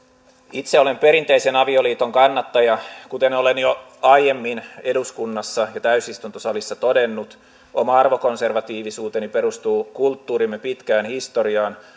itse olen perinteisen avioliiton kannattaja kuten olen jo aiemmin eduskunnassa ja täysistuntosalissa todennut oma arvokonservatiivisuuteni perustuu kulttuurimme pitkään historiaan